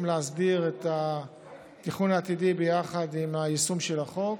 להסדיר את התכנון העתידי ביחד עם היישום של החוק,